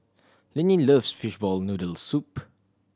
Linnie love fishball noodle soup